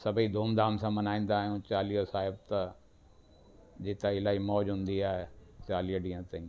सभेई धूमधाम सां मनाईंदा आहियूं चालीहो साहिब त इलाही मौज हूंदी आहे चालीह ॾींहं ताईं